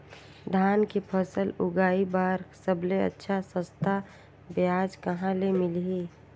धान के फसल उगाई बार सबले अच्छा सस्ता ब्याज कहा ले मिलही?